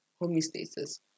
homeostasis